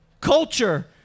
culture